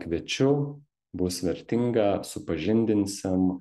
kviečiu bus vertinga supažindinsim